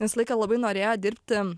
visą laiką labai norėjo dirbti